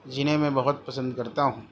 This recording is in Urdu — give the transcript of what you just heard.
جنہیں میں بہت پسند کرتا ہوں